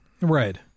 Right